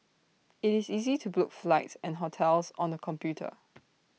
IT is easy to book flights and hotels on the computer